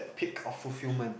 peak of fulfillment